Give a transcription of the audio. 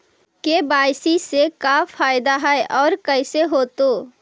KYC से का फायदा है और कैसे होतै?